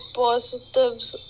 positives